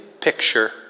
picture